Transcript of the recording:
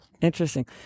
Interesting